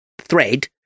thread